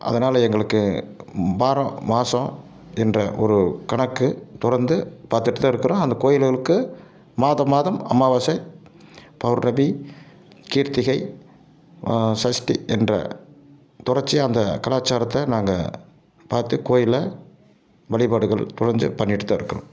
அதனால எங்களுக்கு வாரம் மாதம் என்ற ஒரு கணக்கு தொடர்ந்து பார்த்துட்டுத்தான் இருக்கிறோம் அந்த கோயில்களுக்கு மாதமாதம் அமாவாசை பௌர்ணமி கிருத்திகை சஷ்டி என்று தொடர்ச்சியாக அந்த கலாச்சாரத்தை நாங்கள் பார்த்து கோயிலை வழிபாடுகள் தொடர்ந்து பண்ணிகிட்டுத்தான் இருக்கிறோம்